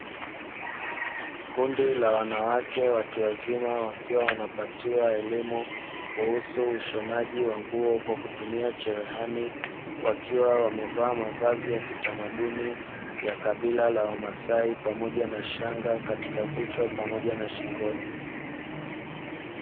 Kundi la wanawake watu wazima wakiwa wanapatiwa elimu, kuhusu ushonaji wa nguo kwa kutumia cherehani; wakiwa wamevaa mavazi ya kitamaduni ya kabila la wamasaai pamoja na shanga katika vichwa pamoja na shingoni.